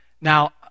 Now